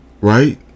right